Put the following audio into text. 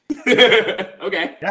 okay